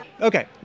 Okay